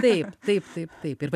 taip taip taip taip ir va